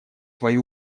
свои